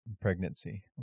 pregnancy